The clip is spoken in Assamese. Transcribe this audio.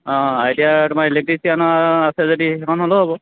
অঁ আই টি আইৰ তোমাৰ ইলেক্ট্ৰিচিয়ান আছে যদি সেইখন হ'লেও হ'ব